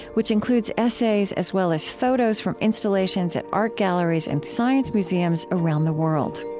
which includes essays as well as photos from installations at art galleries and science museums around the world